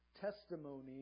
testimony